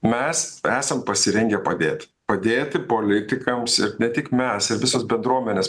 mes esam pasirengę padėti padėti politikams ir ne tik mes ir visos bendruomenės